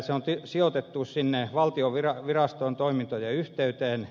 se on sijoitettu sinne valtion virastojen toimintojen yhteyteen